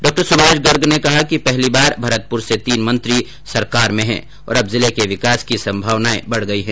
डॉ सुभाष गर्ग ने कहा कि पहली बार भरतपुर से तीन मंत्री सरकार में हैं और अब जिले के विकास की संभावनाए बढ गई हैं